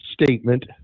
statement